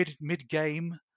mid-game